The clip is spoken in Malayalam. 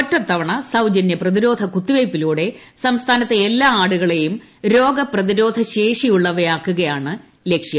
ഒറ്റത്തവണ സൌജന്യ പ്രതിരോധ കുത്തിവെയ്പിലൂടെ സ്റ്റ്സ്കാനത്തെ എല്ലാ ആടുകളെയും രോഗപ്രതിരോധശേഷിയുള്ളവയാക്കുകയാണ് ലക്ഷ്യം